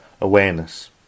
awareness